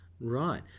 right